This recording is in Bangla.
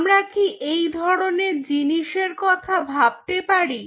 আমরা কি এই ধরনের জিনিসের কথা ভাবতে পারি